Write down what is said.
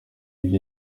byo